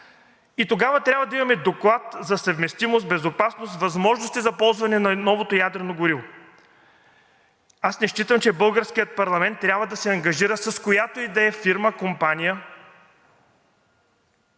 и тогава трябва да имаме доклад за съвместимост, безопасност, с възможности за ползване на новото ядрено гориво. Аз не считам, че българският парламент трябва да се ангажира с която и да е фирма, компания,